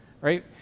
right